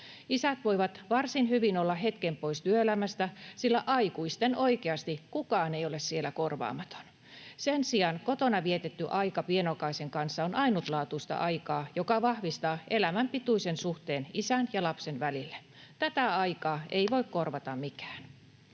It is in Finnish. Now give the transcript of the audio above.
Isät voivat varsin hyvin olla hetken pois työelämästä, sillä aikuisten oikeasti kukaan ei ole siellä korvaamaton. Sen sijaan kotona vietetty aika pienokaisen kanssa on ainutlaatuista aikaa, joka vahvistaa elämän pituisen suhteen isän ja lapsen välille. Tätä aikaa ei voi korvata mikään.